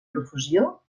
profusió